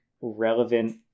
relevant